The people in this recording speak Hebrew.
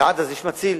ועד אז יש מציל.